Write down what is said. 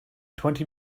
twenty